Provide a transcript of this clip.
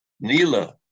nila